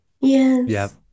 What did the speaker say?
Yes